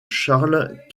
charles